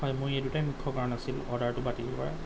হয় মোৰ এই দুটাই মূখ্য কাৰণ আছিল অৰ্ডাৰটো বাতিল কৰাৰ